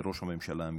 לראש הממשלה המיועד,